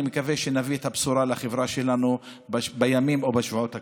אני מקווה שנביא את הבשורה לחברה שלנו בימים או בשבועות הקרובים.